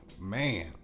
man